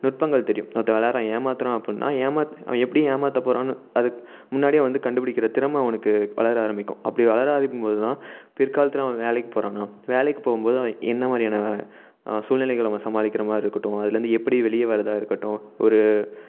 நுட்பங்கள் தெரியும் ஒருத்தன் விளாடுறான் ஏமாற்றுறான் அப்புடின்னா ஏமாத்து அவன் எப்படி ஏமாற்றப் போகிறான்னு அது முன்னாடியே வந்து கண்டுப்பிடிக்கிற திறமை அவனுக்கு வளர ஆரம்மிக்கும் அப்படி வளர ஆரம்மிக்கும்போதுதான் பிற்காலத்தில் அவன் வேலைக்கு போகிறானா வேலைக்கு போகும்போது என்ன மாதிரியான சூழ்நிலைகளை அவன் சமாளிக்கிற மாதிரி இருக்கட்டும் அதுலருந்து எப்படி வெளியே வராதாக இருக்கட்டும் ஒரு